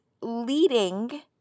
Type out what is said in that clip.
leading